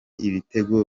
ibitego